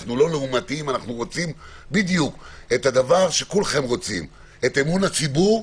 אנו רוצים מה שכולכם רוצים אמון הציבור,